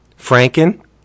Franken